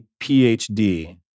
PhD